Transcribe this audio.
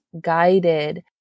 guided